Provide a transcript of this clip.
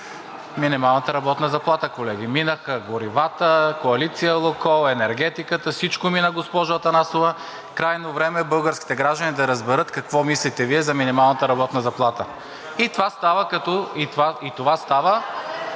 Минималната работна заплата, колеги, минаха горивата, коалиция „Лукойл“, енергетиката, всичко мина, госпожо Атанасова, крайно време е българските граждани да разберат какво мислите Вие за минималната работна заплата. (Шум и реплики от